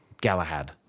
Galahad